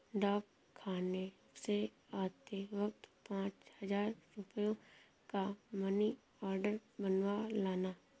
डाकखाने से आते वक्त पाँच हजार रुपयों का मनी आर्डर बनवा लाना